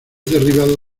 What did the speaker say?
derribado